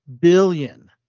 billion